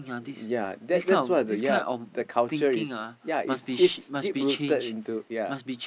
ya that that's what the ya the culture is ya it's it's deep rooted into ya